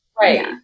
Right